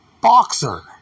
boxer